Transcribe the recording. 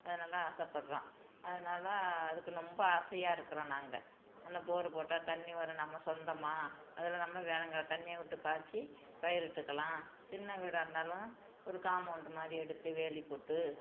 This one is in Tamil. அதனால ஆசைப்பட்றோம் அதனால் அதுக்கு ரொம்ப ஆசையாக இருக்கிறோம் நாங்கள் அந்த போரு போட்டால் தண்ணி வரும் நம்ம சொந்தமாக அதில் நம்ம வேணுங்கிற தண்ணியை விட்டு பாய்ச்சி பயிர் இட்டுக்கலாம் சின்ன வீடாக இருந்தாலும் ஒரு காமௌண்ட் மாதிரி எடுத்து வேலி போட்டு